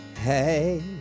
Hey